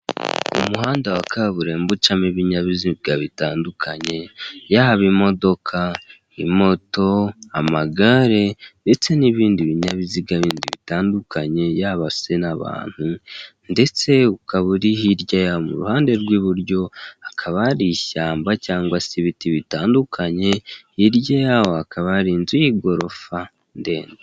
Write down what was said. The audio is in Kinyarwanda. Umuhanda wa kaburimbo, ucamo ibinyabiziga bitandukanye, yababa imodoka, imoto, amagare, ndetse n'ibindi binyabiziga bindi bitandukanye, yaba se n'abantu, ndetse ukaba uri hirya yaho, mu ruhande rw'iburyo akaba ari ishyamba cyangwa se ibiti bitandukanye, hirya yaho hakaba hari inzu y'igorofa, ndende.